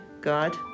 God